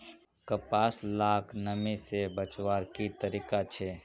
कपास लाक नमी से बचवार की तरीका छे?